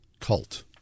cult